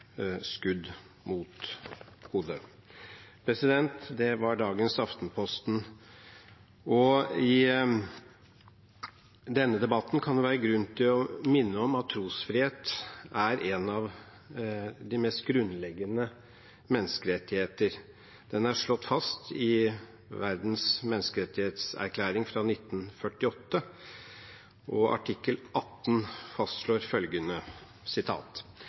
skudd mot hodet.» Det var dagens Aftenposten. I denne debatten kan det være grunn til å minne om at trosfrihet er en av de mest grunnleggende menneskerettigheter. Den er slått fast i verdens menneskerettighetserklæring fra 1948, og artikkel 18 fastslår følgende: